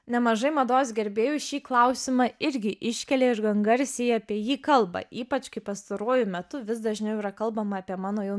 nemažai mados gerbėjų šį klausimą irgi iškelia ir gan garsiai apie jį kalba ypač kai pastaruoju metu vis dažniau yra kalbama apie mano jau